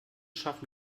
schaffen